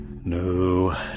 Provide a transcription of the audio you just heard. no